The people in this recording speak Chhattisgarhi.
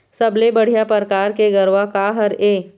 सबले बढ़िया परकार के गरवा का हर ये?